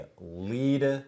lead